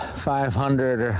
five hundred